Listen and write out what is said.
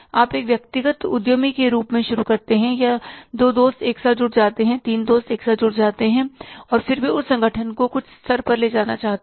आप एक व्यक्तिगत उद्यमी के रूप में शुरू करते हैं या दो दोस्त एक साथ जुड़ सकते हैं तीन दोस्त एक साथ जुड़ सकते हैं और फिर वे उस संगठन को कुछ स्तर पर ले जाना चाहते हैं